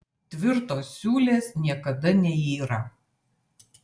tvirtos siūlės niekada neyra